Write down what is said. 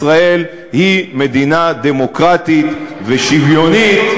ישראל היא מדינה דמוקרטית ושוויונית,